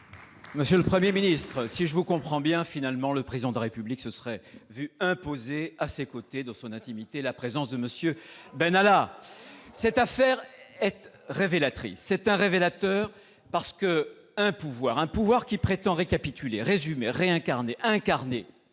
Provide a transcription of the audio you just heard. Monsieur le Premier ministre, si je vous comprends bien, finalement le Président de la République se serait vu imposer à ses côtés, dans son intimité, la présence de M. Benalla ! Cette affaire est révélatrice. Un pouvoir qui prétend récapituler, résumer, incarner ou réincarner